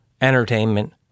entertainment